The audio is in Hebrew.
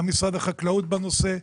גם משרד החקלאות בנושא.